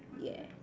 yeah